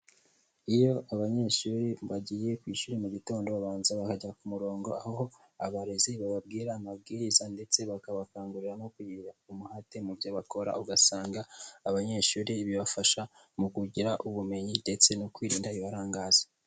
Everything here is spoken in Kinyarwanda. Iyo abanyeshuri bagiye ku ishuri, mu gitondo babanza bakajya ku murongo, aho abarezi bababwira amabwiriza ndetse bakabakangurira no kugira umuhate mu byo bakora, ugasanga abanyeshuri bibafasha mu kugira ubumenyi ndetse no kwirinda ibibarangaza.